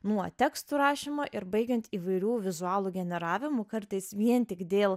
nuo tekstų rašymo ir baigiant įvairių vizualų generavimu kartais vien tik dėl